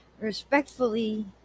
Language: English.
Respectfully